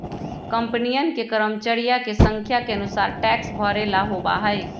कंपनियन के कर्मचरिया के संख्या के अनुसार टैक्स भरे ला होबा हई